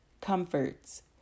comforts